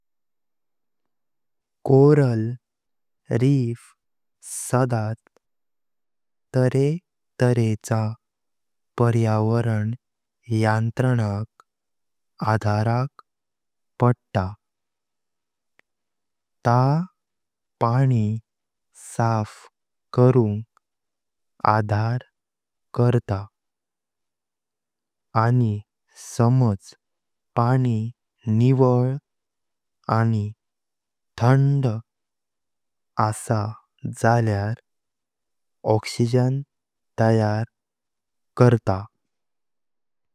Coral reef सातत तरे तरेचा पर्यावरण यंत्रणाक आधाराक पडता। ता पाणी साफ करुंग आधार करता, आनी समाज पाणी निवळ आनी ठंड आसा जल्या ऑक्सिजन तयार करतात।